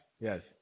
Yes